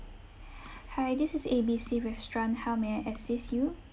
hi this is A B C restaurant how may I assist you